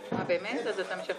לפי החלטת הוועדה המסדרת.